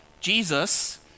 Jesus